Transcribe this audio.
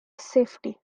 safety